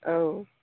औ